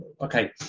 okay